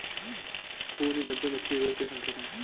खूनी धब्बे मछली रोग के संकेत हैं